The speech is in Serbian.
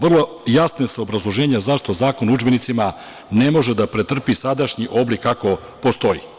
Vrlo jasna su obrazloženja zašto Zakon o udžbenicima ne može da pretrpi sadašnji oblik kako postoji.